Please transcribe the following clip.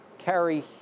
carry